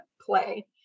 play